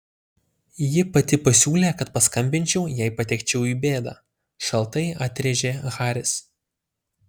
ji pati pasiūlė kad paskambinčiau jei patekčiau į bėdą šaltai atrėžė haris